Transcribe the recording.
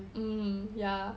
um ya